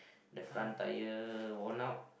the front tire worn out